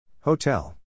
Hotel